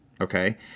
Okay